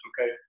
okay